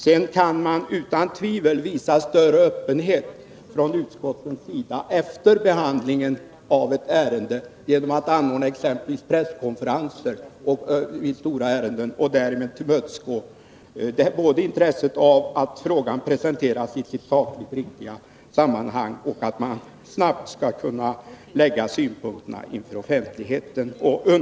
Man kan utan tvivel visa större öppenhet från utskottens sida efter behandlingen av ett ärende, exempelvis genom att anordna presskonferenser. Därmed skulle man tillmötesgå både intresset av att frågan presenteras i sitt sakligt riktiga sammanhang och intresset av att synpunkterna snabbt läggs fram inför offentligheten.